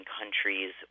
countries